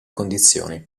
condizioni